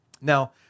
Now